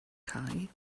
cau